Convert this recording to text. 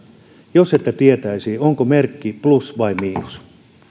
jos ette tietäisi onko merkki plus vai miinus